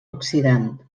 oxidant